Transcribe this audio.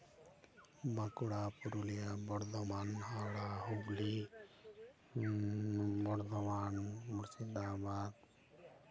Bankura Purulia Bardhaman Howrah Hooghly Bardhaman Murshidabad